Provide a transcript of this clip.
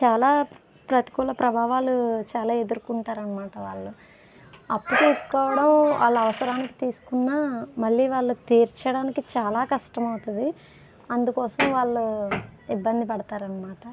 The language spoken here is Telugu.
చాలా ప్రతికూల ప్రభావాలు చాలా ఎదుర్కొంటారన్నమాట వాళ్ళు అప్పు తీసుకోవడం వాళ్ళ అవసరానికి తీసుకున్నా మళ్ళీ వాళ్ళకి తీర్చడానికి చాలా కష్టం అవుతుంది అందుకోసం వాళ్ళు ఇబ్బంది పడతారన్నమాట